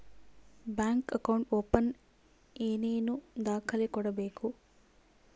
Bank account open ಏನೇನು ದಾಖಲೆ ಕೊಡಬೇಕು?